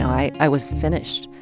i was finished.